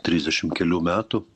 trisdešimt kelių metų